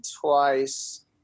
twice